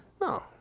No